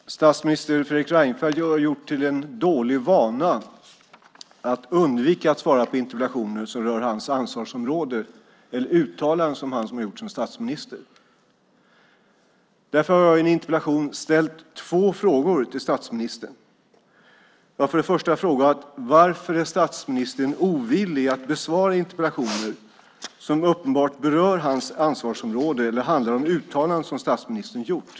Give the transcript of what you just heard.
Herr talman! Statsminister Fredrik Reinfeldt har gjort det till en dålig vana att undvika att svara på interpellationer som rör hans ansvarsområde eller uttalanden som han gjort som statsminister. Därför har jag i en interpellation ställt två frågor till statsministern. Jag har för det första frågat: Varför är statsministern ovillig att besvara interpellationer som uppenbart berör hans ansvarsområde eller handlar om uttalanden som statsministern gjort?